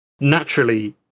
naturally